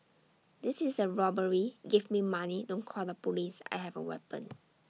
this is A robbery give me money don't call the Police I have A weapon